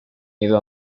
ido